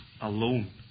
alone